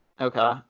okay